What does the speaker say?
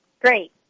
Great